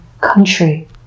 country